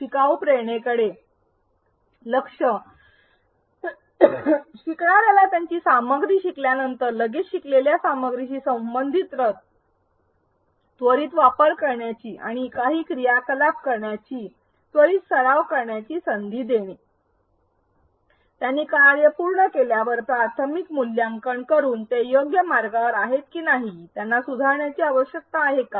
शिकाऊ प्रेरणेकडे लक्ष शिकणार्याला त्यांनी सामग्री शिकल्यानंतर लगेच शिकलेल्या सामग्रीशी संबंधित त्वरित वापर करण्याची आणि काही क्रियाकलाप करण्याची त्वरित सराव करण्याची संधी देणेत्यांनी कार्य पूर्ण केल्यावरच प्राथमिक मूल्यांकन करून आणि ते योग्य मार्गावर आहेत की नाही त्यांना सुधारण्याची आवश्यकता आहे का